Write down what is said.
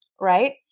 right